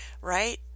right